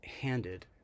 handed